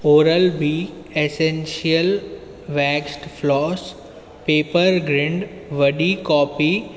oral B essential waxed floss paper grind वॾी copy